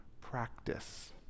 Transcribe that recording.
practice